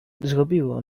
zrobiło